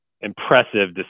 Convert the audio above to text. impressive